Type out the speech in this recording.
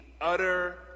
utter